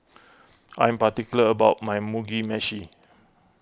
I'm particular about my Mugi Meshi